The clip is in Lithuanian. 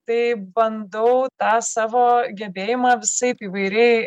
taip bandau tą savo gebėjimą visaip įvairiai